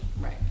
right